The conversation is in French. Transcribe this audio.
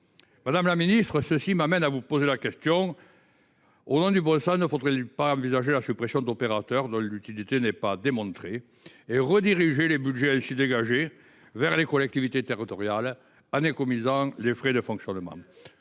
Madame la ministre, cela m’amène à vous poser cette question : au nom du bon sens, ne faudrait il pas envisager la suppression d’opérateurs dont l’utilité n’est pas démontrée et rediriger les budgets ainsi dégagés vers les collectivités territoriales, en économisant les frais de fonctionnement ?